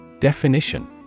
Definition